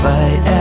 Fight